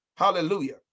Hallelujah